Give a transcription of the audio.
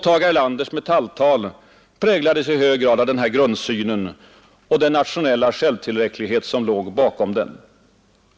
Tage Erlanders Metalltal präglades i hög grad av denna grundsyn och den nationella självtillräcklighet som låg bakom den.